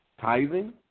tithing